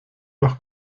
noch